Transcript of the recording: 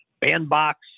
bandbox